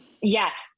Yes